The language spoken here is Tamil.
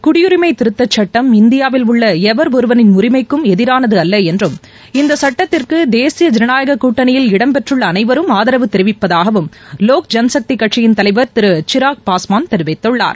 குடியுரிமை திருத்தச்சுட்டம் இந்தியாவில் உள்ள எவர் ஒருவரின் உரிமைக்கும் எதிரானது அல்ல என்றும் இந்தச் சட்டத்திற்க்கு தேசிய ஜனநாயக கூட்டணியில் இடம்பெற்றுள்ள அனைவரும் ஆதரவு தெரிவிப்பதாகவும் லோக் ஜன்சக்தி கட்சியின் தலைவர் திரு சிராக் பாஸ்வாள் தெரிவித்துள்ளார்